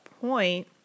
point